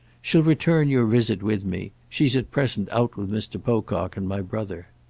she'll return your visit with me. she's at present out with mr. pocock and my brother.